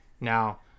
now